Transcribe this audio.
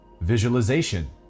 visualization